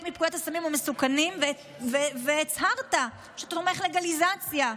מפקודת הסמים המסוכנים והצהרת שאתה תומך לגליזציה.